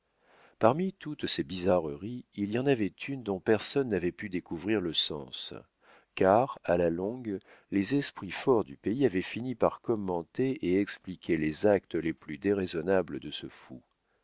parmi toutes ses bizarreries il y en avait une dont personne n'avait pu découvrir le sens car à la longue les esprits forts du pays avaient fini par commenter et expliquer les actes les plus déraisonnables de ce fou